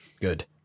good